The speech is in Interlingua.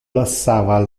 lassava